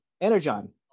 Energon